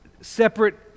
separate